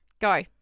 Go